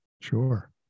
Sure